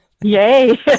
Yay